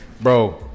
bro